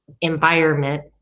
environment